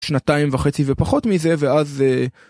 שנתיים וחצי ופחות מזה ואז.